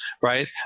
right